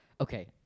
okay